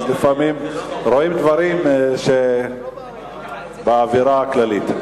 אז לפעמים רואים דברים באווירה הכללית.